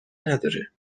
نداره